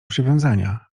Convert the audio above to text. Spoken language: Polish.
przywiązania